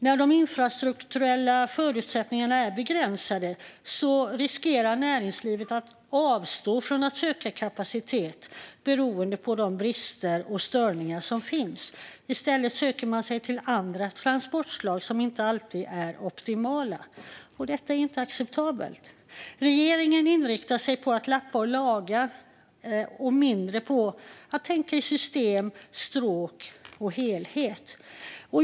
När de infrastrukturella förutsättningarna är begränsade riskerar näringslivet att avstå från att söka kapacitet beroende på de brister och störningar som finns. I stället söker man sig till andra transportslag, som inte alltid är optimala. Detta är inte acceptabelt. Regeringen inriktar sig på att lappa och laga och mindre på att tänka i system, stråk och helhet.